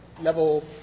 level